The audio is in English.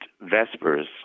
Vespers